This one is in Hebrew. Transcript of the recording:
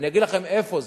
אני אגיד לכם איפה זה: